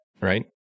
right